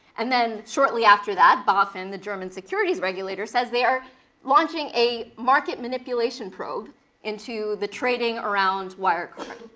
and then shortly after that, boffin, the german securities regulator, says they are launching a market manipulation probe into the trading around wirecard.